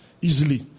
easily